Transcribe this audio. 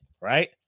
right